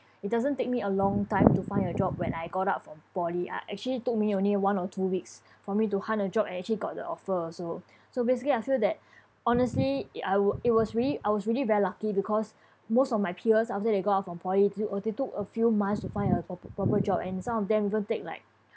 it doesn't take me a long time to find a job when I got out from poly uh actually took me only one or two weeks for me to hunt a job actually got the offer so so basically I feel that honestly i~ I wa~ it was really I was really very lucky because most of my peers after they got off from poly to~ they took a few months to find a prope~ proper job and some of them even take like